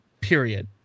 period